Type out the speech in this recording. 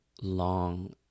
long